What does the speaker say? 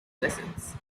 lessons